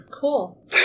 Cool